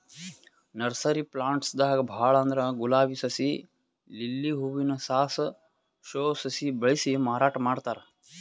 nursery plants ದಾಗ್ ಭಾಳ್ ಅಂದ್ರ ಗುಲಾಬಿ ಸಸಿ, ಲಿಲ್ಲಿ ಹೂವಿನ ಸಾಸ್, ಶೋ ಸಸಿ ಬೆಳಸಿ ಮಾರಾಟ್ ಮಾಡ್ತಾರ್